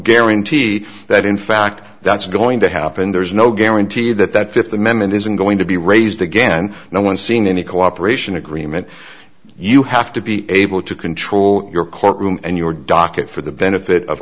guarantee that in fact that's going to happen there's no guarantee that that th amendment isn't going to be raised again no one seen any cooperation agreement you have to be able to control your courtroom and your docket for the benefit of